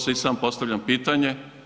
To si i sam postavljam pitanje.